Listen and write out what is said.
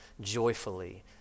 joyfully